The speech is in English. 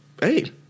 Hey